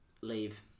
Leave